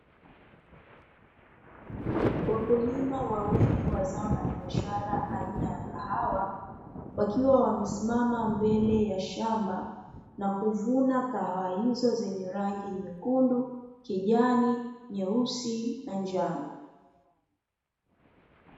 Wakulima wawili wa zao la biashara aina ya kahawa, wakiwa wamesimama mbele ya shamba na kuvuna kahawa hizo zenye rangi nyekundu, kijani, nyeusi na njano.